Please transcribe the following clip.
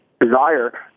desire